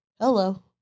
Hello